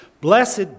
Blessed